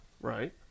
right